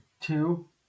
Two